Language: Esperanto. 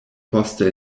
poste